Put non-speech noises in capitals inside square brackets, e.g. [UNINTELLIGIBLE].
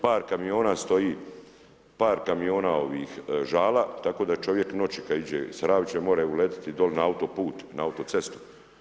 Par kamiona stoji, par kamiona ovih žala, tako da čovjek noći kad iđe s ... [UNINTELLIGIBLE] more uletiti dole na autoput, na autocestu.